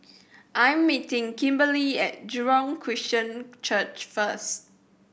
I'm meeting Kimberlie at Jurong Christian Church first